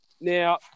now